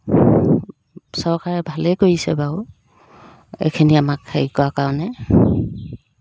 চৰকাৰে ভালেই কৰিছে বাৰু এইখিনি আমাক হেৰি কৰাৰ কাৰণে